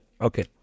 okay